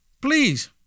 please